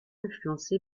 influencé